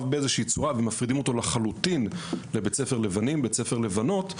באיזושהי צורה ומפרידים אותו לחלוטין לבית ספר לבנים בית ספר לבנות,